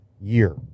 year